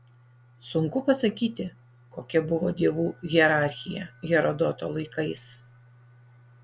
sunku pasakyti kokia buvo dievų hierarchija herodoto laikais